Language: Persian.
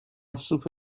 سوپ